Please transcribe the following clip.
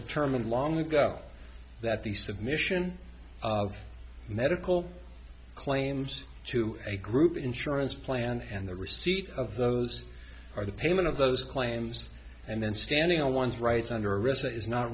determined long ago that the submission of medical claims to a group insurance plan and the receipt of those or the payment of those claims and then standing on one's rights under arrest is not